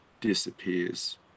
disappears